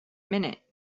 minute